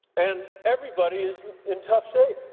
and everybody is in tough shape.